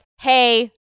hey